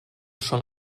schon